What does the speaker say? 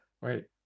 Wait